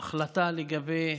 549, החלטה לגבי